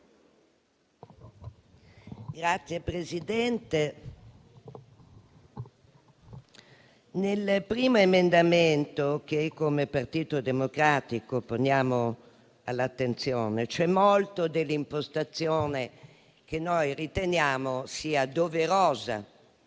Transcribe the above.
Signor Presidente, nel primo emendamento che come Partito Democratico poniamo all'attenzione c'è molto dell'impostazione che riteniamo doverosa